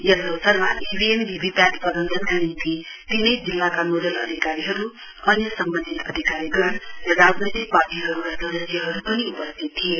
यस अवसरमा EVM VVPAT प्रवन्धनका नीम्ति तीनै जिल्लाका नोडल अधिकारीहरु अन्य सम्वन्धित अधिकारीगण र राजनैतिक पार्टीहरुका सदस्यहरु पनि उपस्थित थिए